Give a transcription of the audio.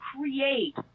create